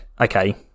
okay